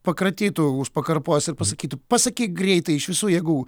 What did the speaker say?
pakratytų už pakarpos ir pasakytų pasakyk greitai iš visų jėgų